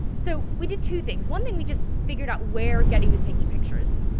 so we did two things. one thing we just figured out where getty was taking pictures.